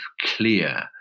clear